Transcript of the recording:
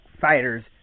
fighters